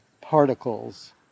particles